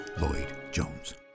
Lloyd-Jones